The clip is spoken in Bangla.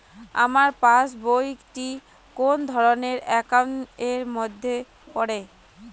আমার পাশ বই টি কোন ধরণের একাউন্ট এর মধ্যে পড়ে?